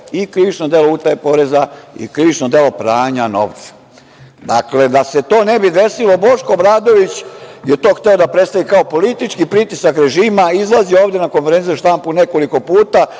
i krivično delo utaja poreza i krivično delo pranja novca. Dakle, da se to ne bi desilo Boško Obradović je to hteo da predstavi kao politički pritisak režima, izlazio ovde na konferenciju za štampu nekoliko puta